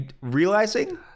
realizing